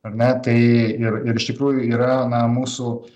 ar ne tai ir ir iš tikrųjų yra na mūsų